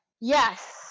Yes